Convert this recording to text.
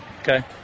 Okay